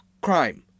crime